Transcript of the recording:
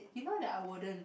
you know that I wouldn't